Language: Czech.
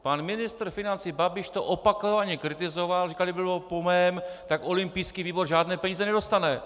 Pan ministr financí Babiš to opakovaně kritizoval a říkal, kdyby bylo po mém, tak olympijský výbor žádné peníze nedostane.